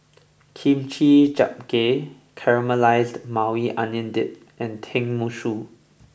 Kimchi Jjigae Caramelized Maui Onion Dip and Tenmusu